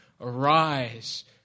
Arise